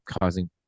causing